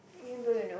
even though your nose